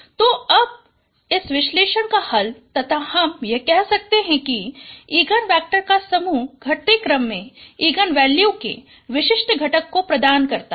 तो अब इस विश्लेषण का हल तथा हम यह कह सकते हैं कि यह इगन वेक्टर का समूह घटते क्रम में इगन वैल्यू के विशिष्ट घटक को प्रदान करता है